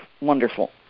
wonderful